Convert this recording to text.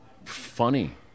Funny